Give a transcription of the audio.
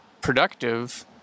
productive